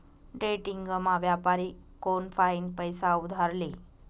डेट्रेडिंगमा व्यापारी कोनफाईन पैसा उधार ले